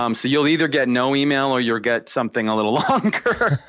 um so you'll either get no email or you'll get something a little longer.